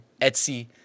Etsy